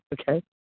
Okay